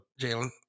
Jalen